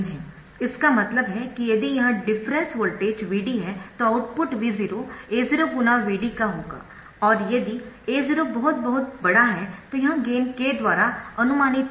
इसका मतलब है कि यदि यह डिफरेंसवोल्टेज Vd है तो आउटपुट V0 A0 गुना Vd का होगा और यदि A0 बहुत बहुत बड़ा है तो यह गेन k द्वारा अनुमानित है